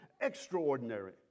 extraordinary